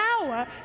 power